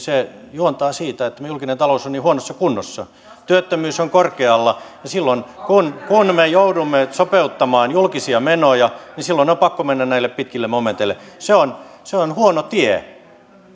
juontaa siitä että meidän julkinen talous on niin huonossa kunnossa työttömyys on korkealla ja silloin kun kun me joudumme sopeuttamaan julkisia menoja on on pakko mennä näille pitkille momenteille se on se on huono tie